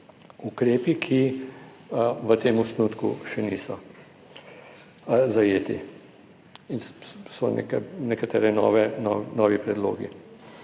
ukrepi, ki v tem osnutku še niso zajeti in so nekateri novi predlogi.